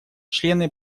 члены